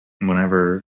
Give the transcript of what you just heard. whenever